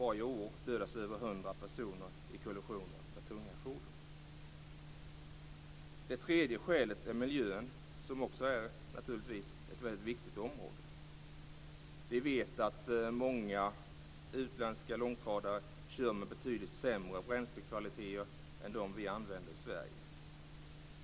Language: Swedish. Varje år dödas över 100 Det tredje skälet är miljön, som naturligtvis också är ett mycket viktigt område. Vi vet att många utländska långtradare kör med betydligt sämre bränslekvaliteter än dem som vi använder i Sverige.